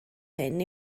hyn